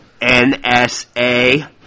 N-S-A